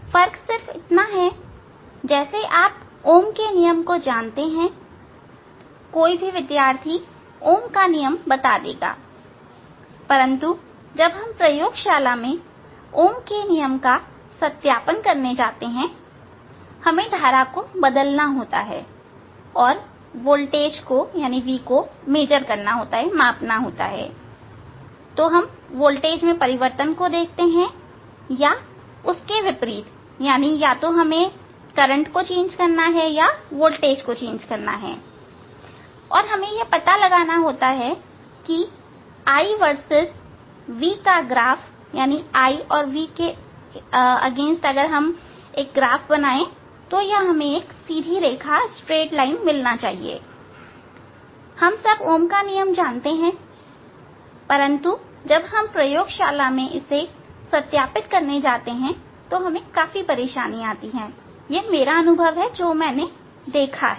फर्क सिर्फ इतना है कि जैसे आप ओम का नियमOhm's Lawजानते हैं कोई भी विद्यार्थी ओम का नियमOhm's Law बता देगा परंतु जब हम प्रयोगशाला में ओम का नियमOhm's Law के सत्यापन के लिए जाते हैं हमें धारा को बदलना होता है और वोल्टेज को मापना होता है हम वोल्टेज में परिवर्तन को देखते हैं या उसके विपरीत और तब हमें यह पता लगाना होता है कि I और v के बीच का ग्राफ एक सीधी रेखा प्राप्त होता है परंतु हम ओम का नियम जानते हैं लेकिन जब हम प्रयोगशाला में इसे सत्यापित करने जाते हैं तो हमें काफी परेशानियां आती हैं यह मेरा अनुभव है जो मैंने देखा है